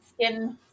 skin